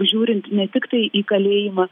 žiūrint ne tiktai į kalėjimą